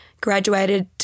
graduated